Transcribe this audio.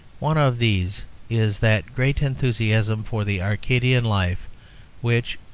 one of these is that great enthusiasm for the arcadian life which,